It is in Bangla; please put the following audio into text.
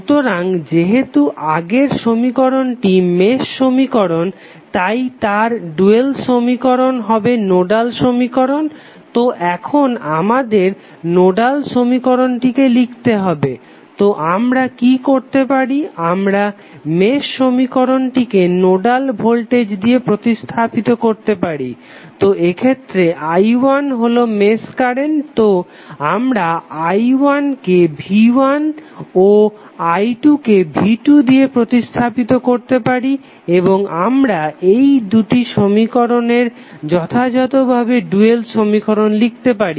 সুতরাং যেহেতু আগের সমীকরণটি মেশ সমীকরণ তাই তার ডুয়াল সমীকরণ হবে নোডাল সমীকরণ তো এখন আমাদের নোডাল সমীকরণটিকে লিখতে হবে তো আমরা কি করতে পারি আমরা মেশ সমীকরণকে নোডাল ভোল্টেজ দিয়ে প্রতিস্থাপিত করতে পারি তো এক্ষেত্রে i1 হলো মেশ কারেন্ট তো আমরা i1 কে v1 ও i2 কে v2 দিয়ে প্রতিস্থাপিত করতে পারি এবং আমরা এই দুটি সমীকরণের যথাযথ ভাবে ডুয়াল সমীকরণ লিখতে পারি